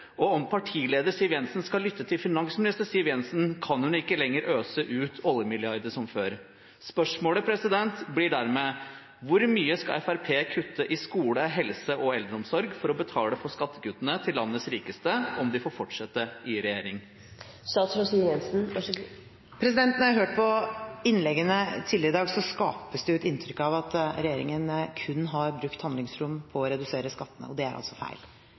Om partileder Siv Jensen skal lytte til finansminister Siv Jensen, kan hun ikke lenger øse ut oljemilliarder som før. Spørsmålet blir dermed: Hvor mye skal Fremskrittspartiet kutte i skole, helse og eldreomsorg for å betale for skattekuttene til landets rikeste, om de får fortsette i regjering? Da jeg hørte på innleggene tidligere i dag, ble det skapt et inntrykk av at regjeringen kun har brukt handlingsrom på å redusere skattene. Det er altså feil.